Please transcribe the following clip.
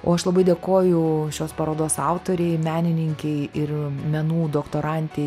o aš labai dėkoju šios parodos autorei menininkei ir menų doktorantei